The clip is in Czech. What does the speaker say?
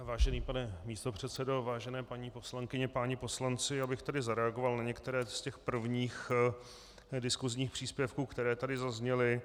Vážený pane místopředsedo, vážené paní poslankyně, páni poslanci, já bych tedy zareagoval na některé z těch prvních diskusních příspěvků, které tady zazněly.